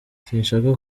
sinshaka